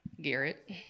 Garrett